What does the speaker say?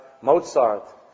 Mozart